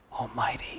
Almighty